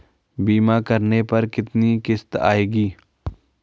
बीमा करने पर कितनी किश्त आएगी?